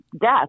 death